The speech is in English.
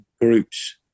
groups